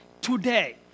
today